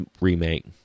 remake